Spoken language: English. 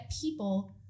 people